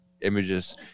images